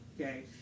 Okay